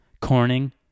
Corning